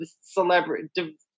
celebrity